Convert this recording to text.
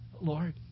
Lord